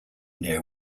near